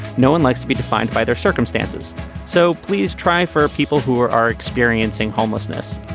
no one likes to be defined by their circumstances so please try for people who are are experiencing homelessness.